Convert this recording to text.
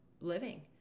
living